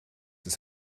ist